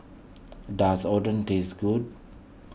does Oden taste good